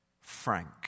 frank